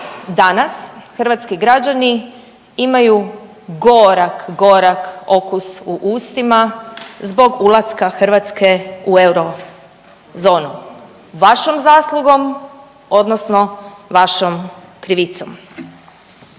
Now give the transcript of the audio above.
danas hrvatski građani imaju gorak, gorak okus u ustima zbog ulaska Hrvatske u eurozonu vašom zaslugom, odnosno vašom krivicom.